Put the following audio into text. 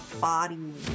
body